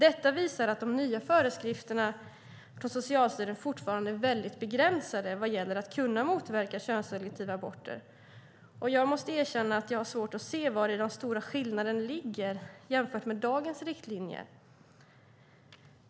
Detta visar att de nya föreskrifterna från Socialstyrelsen fortfarande är väldigt begränsade vad gäller att kunna motverka könsselektiva aborter, och jag måste erkänna att jag har svårt att se vari den stora skillnaden ligger jämfört med dagens riktlinjer.